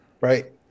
right